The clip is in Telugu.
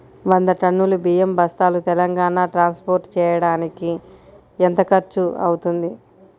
వంద టన్నులు బియ్యం బస్తాలు తెలంగాణ ట్రాస్పోర్ట్ చేయటానికి కి ఎంత ఖర్చు అవుతుంది?